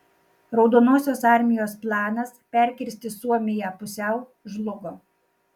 raudonosios armijos planas perkirsti suomiją pusiau žlugo